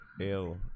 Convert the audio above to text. ill